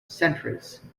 centres